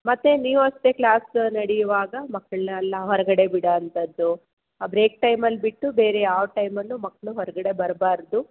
ಮತ್ತೆ ನೀವು ಅಷ್ಟೇ ಕ್ಲಾಸ್ ನಡೆಯುವಾಗ ಮಕ್ಕಳನೆಲ್ಲ ಹೊರಗಡೆ ಬಿಡೋಂಥದ್ದು ಬ್ರೇಕ್ ಟೈಮಲ್ಲಿ ಬಿಟ್ಟು ಬೇರೆ ಯಾವ ಟೈಮಲ್ಲೂ ಮಕ್ಕಳು ಹೊರಗಡೆ ಬರಬಾರ್ದು